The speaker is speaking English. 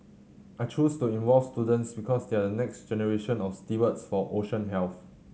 I chose to involve students because they are the next generation of stewards for ocean health